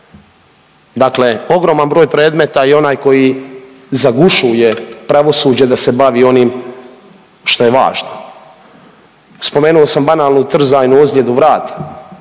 Dakle ogroman broj predmeta i onaj koji zagušuje pravosuđe da se bavi onim šta je važno? Spomenuo sam banalnu trzajnu ozljedu vrata